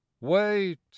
Wait